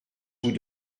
vous